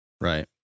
Right